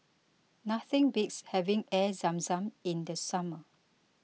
nothing beats having Air Zam Zam in the summer